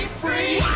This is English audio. free